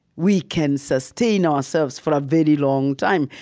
we can sustain ourselves for a very long time.